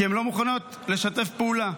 כי הן לא מוכנות לשתף פעולה.